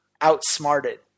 outsmarted